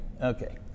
Okay